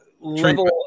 level